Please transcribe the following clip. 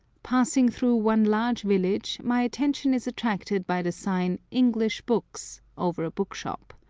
passing through one large village, my attention is attracted by the sign english books, over a book-shop.